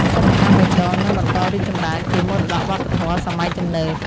សិប្បកម្មបៃតងនឹងបន្តរីកចម្រើនជាមរតកវប្បធម៌សម័យទំនើប។